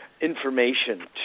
information